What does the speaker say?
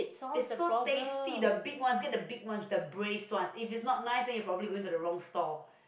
is so tasty the big one you get the one the braised one if it is not nice then you probably go into the wrong stall